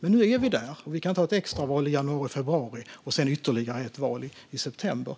Men nu är vi här och kan inte ha ett extra val i januari eller februari och sedan val igen i september.